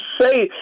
say